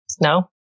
no